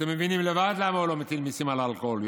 אתם מבינים לבד למה הוא לא מטיל מיסים על האלכוהול,